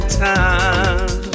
time